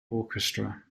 orchestra